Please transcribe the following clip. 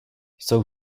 jsou